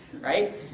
right